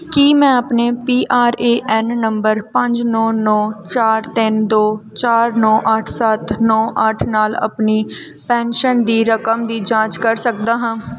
ਕੀ ਮੈਂ ਆਪਣੇ P R A N number ਪੰਜ ਨੌਂ ਨੌਂ ਚਾਰ ਤਿੰਨ ਦੋ ਚਾਰ ਨੌਂ ਅੱਠ ਸੱਤ ਨੌਂ ਅੱਠ ਨਾਲ ਆਪਣੀ ਪੈਨਸ਼ਨ ਦੀ ਰਕਮ ਦੀ ਜਾਂਚ ਕਰ ਸਕਦਾ ਹਾਂ